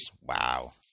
Wow